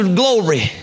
glory